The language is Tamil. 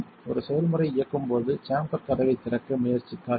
ஒரு செயல்முறை இயங்கும்போது சேம்பர் கதவைத் திறக்க முயற்சிக்காதீர்கள்